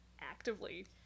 actively